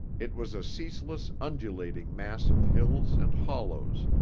it was a ceaseless, undulating mass of hills and hollows,